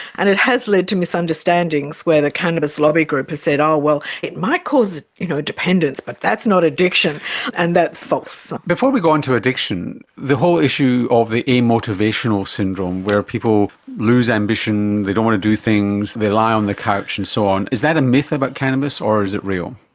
and it has led to misunderstandings where the cannabis lobby group has said, oh well, it might cause you know dependence but that's not addiction and that's false. before we go on to addiction, the whole issue of the amotivational syndrome where people lose ambition, they don't want to do things and they lie on the couch and so on, is that a myth about cannabis or is it real?